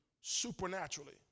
supernaturally